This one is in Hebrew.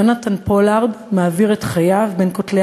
יונתן פולארד מעביר את חייו בין כותלי